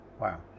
Wow